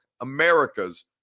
America's